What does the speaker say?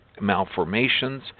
malformations